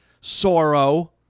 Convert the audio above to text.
sorrow